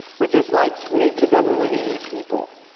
which is like, nature doesn't really need people,